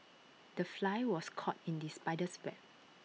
the fly was caught in the spider's web